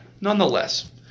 Nonetheless